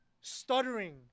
stuttering